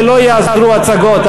ולא יעזרו הצגות.